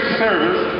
service